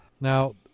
now